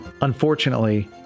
Unfortunately